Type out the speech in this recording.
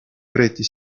preti